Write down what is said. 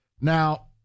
Now